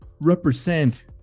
represent